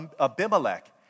Abimelech